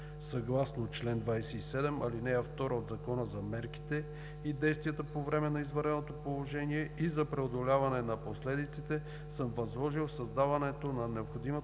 съгласно чл. 27, ал. 2 от Закона за мерките и действията по време на извънредното положение и за преодоляване на последиците, съм възложил създаването на необходимата